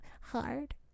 hard